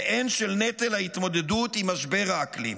והן של נטל ההתמודדות עם משבר האקלים,